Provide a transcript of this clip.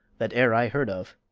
that e'er i heard of.